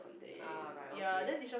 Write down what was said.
ah right okay